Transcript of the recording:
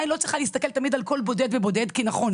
העין לא צריכה להסתכל תמיד על כל בודד ובודד כי נכון,